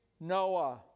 Noah